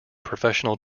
professional